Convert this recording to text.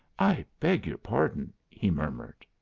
i beg your pardon, he murmured.